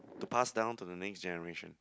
to pass down to the next generation